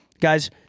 Guys